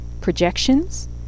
projections